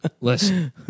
Listen